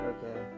Okay